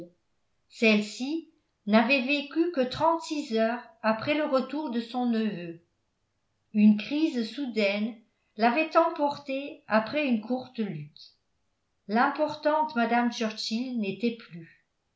celle-ci n'avait vécu que trente-six heures après le retour de son neveu une crise soudaine l'avait emportée après une courte lutte l'importante mme churchill n'était plus